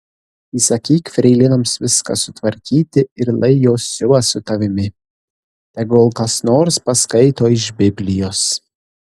įsakyk freilinoms viską sutvarkyti ir lai jos siuva su tavimi tegul kas nors paskaito iš biblijos